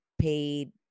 paid